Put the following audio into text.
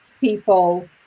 people